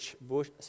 Bush